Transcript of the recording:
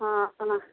हाँ तऽ नऽ